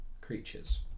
creatures